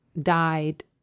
died